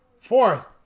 fourth